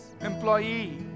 Employee